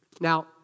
Now